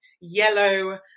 yellow